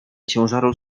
ciężaru